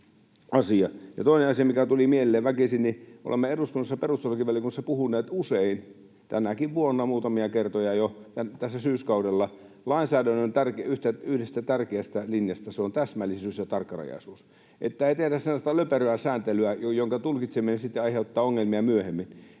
Toinen asia, mikä tuli mieleen väkisin. Olemme eduskunnassa, perustuslakivaliokunnassa, puhuneet usein — tänäkin vuonna muutamia kertoja jo tässä syyskaudella — lainsäädännön yhdestä tärkeästä linjasta: se on täsmällisyys ja tarkkarajaisuus. Että ei tehdä sellaista löperöä sääntelyä, jonka tulkitseminen sitten aiheuttaa ongelmia myöhemmin.